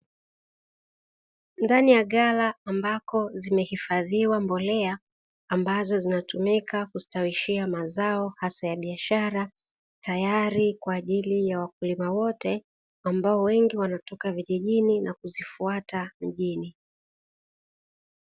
Ndani ya ghala ambako zilipohifadhiwa mbolea zinazotumika kustawishia mazao hasa ya biashara, ambazo wakulima wote wanatoka vijijini na kuzifuata mjini.